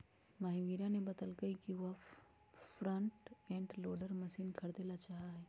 महावीरा ने बतल कई कि वह फ्रंट एंड लोडर मशीन खरीदेला चाहा हई